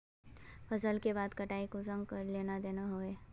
फसल के कटाई में कुंसम करे लेन देन होए?